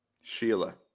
Sheila